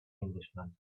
englishman